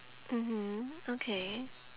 mmhmm okay